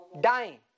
dying